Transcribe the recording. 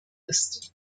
ist